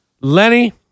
Lenny